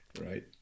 right